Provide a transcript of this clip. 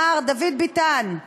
מר דוד ביטן,